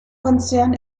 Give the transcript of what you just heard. konzern